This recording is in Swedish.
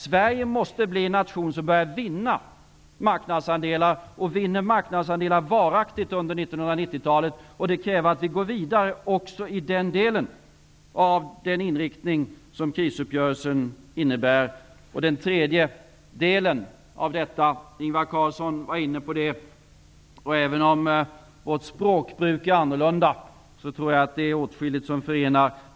Sverige måste bli en nation som börjar vinna marknadsandelar och gör det varaktigt under 1990-talet. Det kräver att vi går vidare också i den delen av den inriktning som krisuppgörelsen innebär. Den tredje komponenten var Ingvar Carlsson inne på. Även om vårt språkbruk är annorlunda tror jag att det är åtskilligt som förenar.